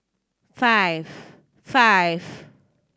five five